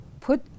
put